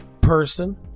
Person